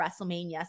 WrestleMania